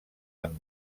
amb